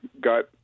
got